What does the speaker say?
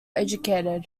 educated